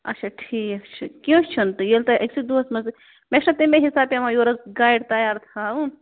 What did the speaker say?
اَچھا ٹھیٖک چھُ کیٚنٛہہ چھُنہٕ تہٕ ییٚلہِ تۄہہِ أکۍسٕے دۄہس منٛزٕے مےٚ چھُنہٕ تٔمے حِساب پٮ۪وان یورٕ حظ گایِڈ تیار تھاوُن